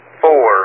four